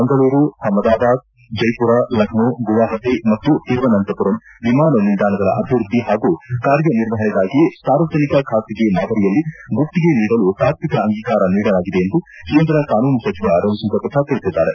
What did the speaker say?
ಮಂಗಳೂರು ಅಹ್ದದಾಬಾದ್ ಜೈಪುರ್ ಲಕ್ಷೋ ಗುವಾಹತಿ ಮತ್ತು ತಿರುವನಂತಪುರಂ ವಿಮಾನ ನಿಲ್ದಾಣಗಳ ಅಭಿವೃದ್ಧಿ ಹಾಗೂ ಕಾರ್ಯ ನಿರ್ವಹಣೆಗಾಗಿ ಸಾರ್ವಜನಿಕ ಖಾಸಗಿ ಮಾದರಿಯಲ್ಲಿ ಗುತ್ತಿಗೆ ನೀಡಲು ತಾತ್ವಿಕ ಅಂಗೀಕಾರ ನೀಡಲಾಗಿದೆ ಎಂದು ಕೇಂದ್ರ ಕಾನೂನು ಸಚಿವ ರವಿಶಂಕರ್ ಪ್ರಸಾದ್ ತಿಳಿಸಿದ್ದಾರೆ